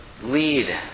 lead